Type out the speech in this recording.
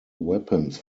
weapons